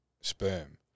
sperm